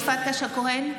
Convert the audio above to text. אינה נוכחת אורית פרקש הכהן,